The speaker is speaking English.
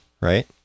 right